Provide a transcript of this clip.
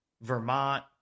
Vermont